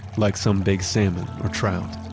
like some big salmon, or trout.